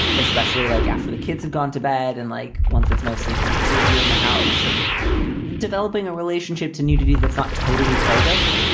especially like after the kids have gone to bed and like once it's mostly just the two of you in the house and developing a relationship to nudity that's not totally phobic.